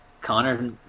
Connor